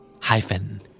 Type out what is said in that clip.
Hyphen